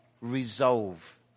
resolve